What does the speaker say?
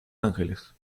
angeles